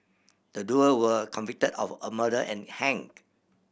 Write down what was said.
the duo were convicted of murder and hanged